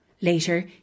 Later